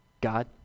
God